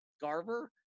Garver